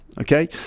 okay